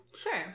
Sure